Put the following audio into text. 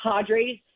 Padres